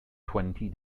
twenty